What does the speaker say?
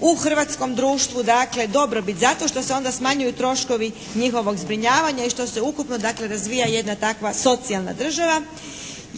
u hrvatskom društvu dobrobit zato što se onda smanjuju troškovi njihovog zbrinjavanja i što se ukupno dakle razvija jedna takva socijalna država.